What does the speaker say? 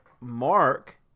Mark